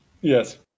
Yes